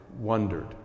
wondered